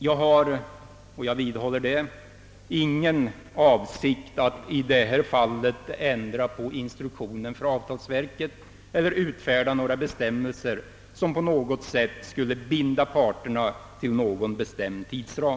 Jag har — jag vidhåller det — ingen avsikt att i detta fall ändra instruktionen för avtalsverket eller utfärda några bestämmelser som på något sätt skulle binda parterna till någon bestämd tidsram.